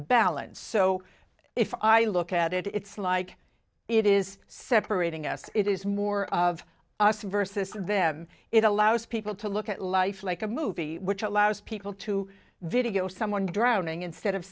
balance so if i look at it it's like it is separating us it is more of us versus them it allows people to look at life like a movie which allows people to video someone drowning instead of